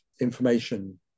information